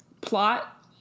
plot